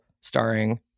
starring